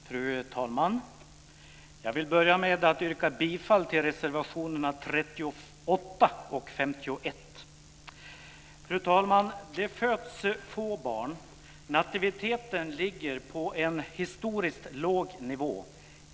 Fru talman! Jag vill börja med att yrka bifall till reservationerna 38 och 51. Fru talman! Det föds få barn. Nativiteten ligger på en historiskt låg nivå.